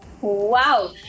Wow